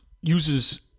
uses